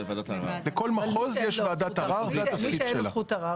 לכל מחוז יש וועדת ערר שזה התפקיד שלה.